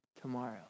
tomorrow